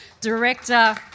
Director